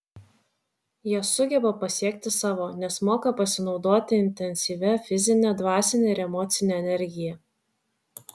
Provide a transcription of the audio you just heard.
jie sugeba pasiekti savo nes moka pasinaudoti intensyvia fizine dvasine ir emocine energija